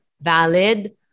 valid